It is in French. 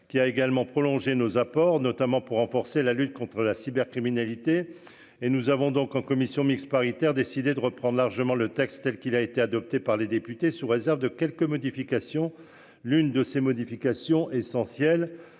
qui a également prolongé nos apports notamment pour renforcer la lutte contre la cybercriminalité. Et nous avons donc en commission mixte paritaire décidé de reprendre largement le texte tel qu'il a été adopté par les députés, sous réserve de quelques modifications. L'une de ces modifications essentielles